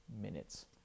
minutes